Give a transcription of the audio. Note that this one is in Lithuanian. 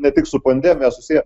ne tik su pandemija susiję